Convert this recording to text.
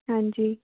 ਹਾਂਜੀ